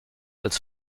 als